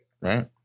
right